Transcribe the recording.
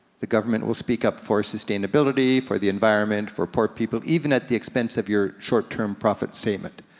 the government will speak up for sustainability, for the environment, for poor people, even at the expense of your short-term profit statement.